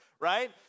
right